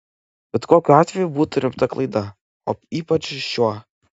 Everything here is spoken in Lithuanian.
bet kokiu atveju būtų rimta klaida o ypač šiuo